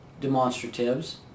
demonstratives